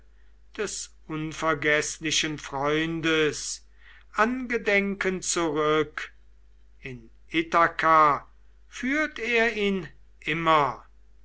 des unvergeßlichen freundes angedenken zurück in ithaka führt er ihn immer